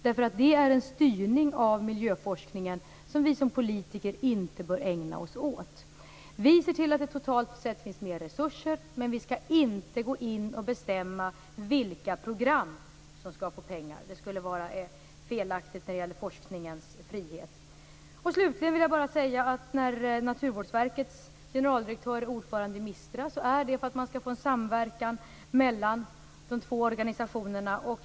Det är nämligen en styrning av miljöforskningen som vi som politiker inte bör ägna oss åt. Vi ser till att det totalt sett finns mer resurser, men vi skall inte gå in och bestämma vilka program som skall få pengar. Det skulle vara felaktigt när det gäller forskningens frihet. Slutligen vill jag bara säga att Naturvårdsverkets generaldirektör är ordförande i MISTRA därför att man skall få en samverkan mellan de två organisationerna.